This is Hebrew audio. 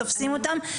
תופסים אותם וקונסים.